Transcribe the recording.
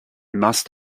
must